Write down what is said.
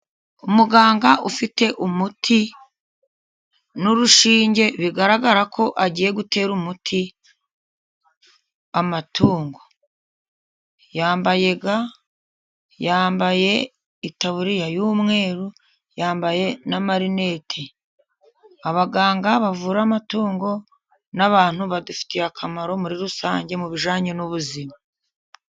Umuganga ufite umuti n'urushinge, bigaragara ko agiye gutera umuti amatungo. Yambaye ga, yambaye itaburiya y'umweru, yambaye n'amarinete. Abaganga bavura amatungo n'abantu, badufitiye akamaro muri rusange mu bijyanye n'ubuzima.